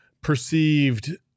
perceived